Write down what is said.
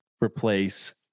replace